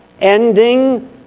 ending